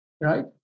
Right